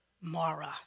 Mara